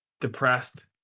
depressed